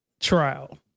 trial